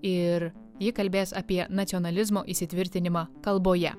ir ji kalbės apie nacionalizmo įsitvirtinimą kalboje